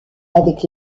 avec